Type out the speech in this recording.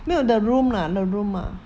没有 the room lah the room lah